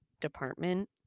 department